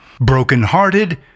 brokenhearted